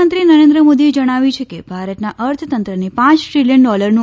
પ્રધાનમંત્રી નરેન્દ્ર મોદીએ જણાવ્યું છે કે ભારતના અર્થતંત્રને પાંચ દ્રિલિયન ડોલરનું